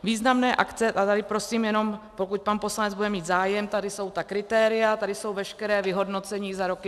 Významné akce a tady prosím jenom, pokud pan poslanec bude mít zájem, tady jsou ta kritéria, tady jsou veškerá vyhodnocení za roky 2016, 2017, 2018.